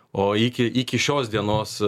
o iki iki šios dienos